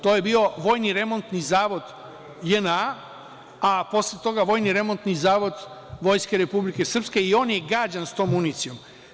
To je bio Vojno-remontni zavod JNA, a posle toga Vojni remontni zavod Vojske Republike Srpske i on je gađan s tom municijom.